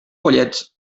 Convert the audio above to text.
pollets